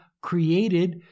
created